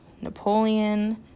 Napoleon